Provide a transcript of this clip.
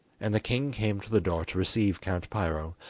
and the king came to the door to receive count piro,